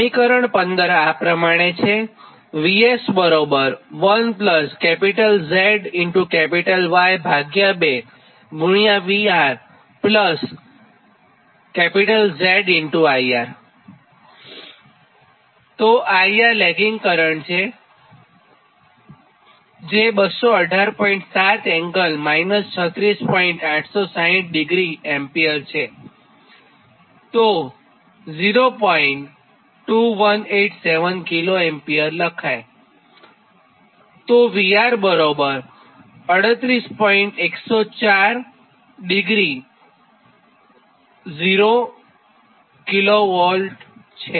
સમીકરણ 15 આ પ્રમાણે છે